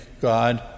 God